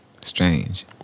Strange